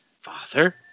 father